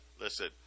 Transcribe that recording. listen